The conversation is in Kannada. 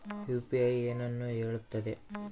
ಯು.ಪಿ.ಐ ಏನನ್ನು ಹೇಳುತ್ತದೆ?